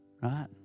Right